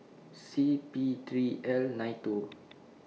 C P three L nine two